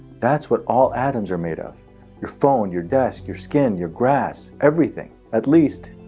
that's what all atoms are made of your phone, your desk, your skin your grass, everything. at least,